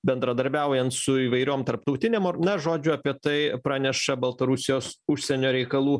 bendradarbiaujant su įvairiom tarptautinėm na žodžiu apie tai praneša baltarusijos užsienio reikalų